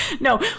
No